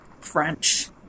French